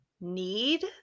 need